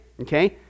okay